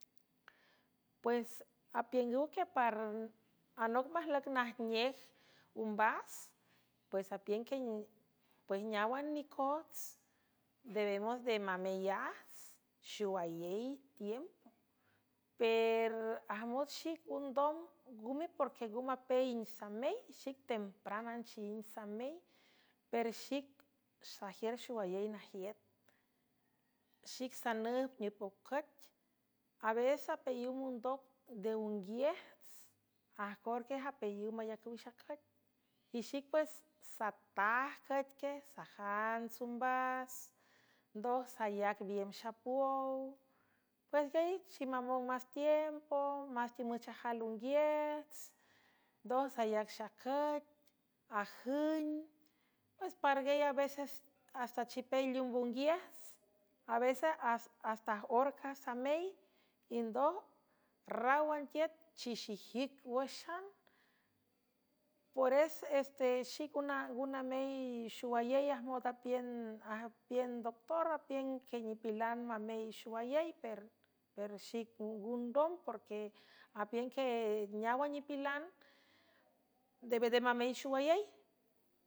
Pues apiüngüw que paranoc majlüc najnej umbas pues apinepues neáwan nicots debemos de mamelajts xuayey tiempo per ajmot xic undom güme porque ngümeapen samey xic tempran anchin samel per xic sajiür xuwayey najiüt xic sanüp nipocüc aveces apeayiw mundoc deunguiejts ajcor que japeayiw mayacüw i xacüc y xic pues satajcüc que sajants umbas ndoj salac biem xapuów pues gialy chimamon más tiempo más timüchajal unguiets ndoj salac xacüc ajüng pues pargey a veces hasta chipelliümb unguiejts avece hasta orca samel y ndoj ráwan tiüt chixijic wüxan pores este xic ng namey xowayey ajmod apapiün doctor apiün que nipilan mamey xuwayey per xic ngan dom porque apiün que neáwan nipilan debende mamey xowayey.